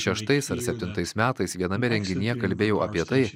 šeštais ar septintais metais viename renginyje kalbėjau apie tai